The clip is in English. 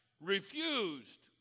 refused